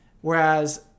whereas